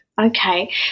Okay